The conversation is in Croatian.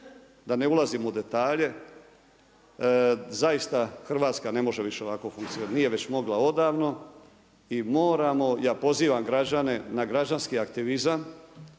da ne ulazimo u detalje, zaista Hrvatska ne može više ovako funkcionirati, nije već mogla odavno i moramo, ja pozivam građane na građanski aktivizam